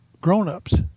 grown-ups